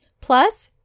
Plus